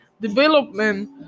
development